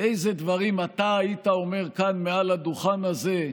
איזה דברים אתה היית אומר כאן, מעל הדוכן הזה,